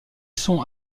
sont